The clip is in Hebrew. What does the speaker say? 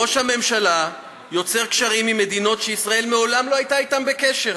ראש הממשלה יוצר קשרים עם מדינות שישראל מעולם לא הייתה איתן בקשר,